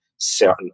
certain